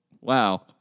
Wow